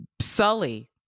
sully